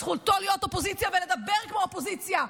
זכותו להיות אופוזיציה ולדבר כמו אופוזיציה.